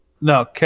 No